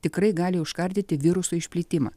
tikrai gali užkardyti viruso išplitimą